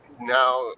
Now